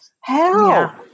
hell